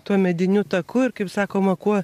tuo mediniu taku ir kaip sakoma kuo